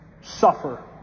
suffer